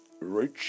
rich